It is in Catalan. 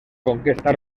conquesta